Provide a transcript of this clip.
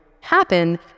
happen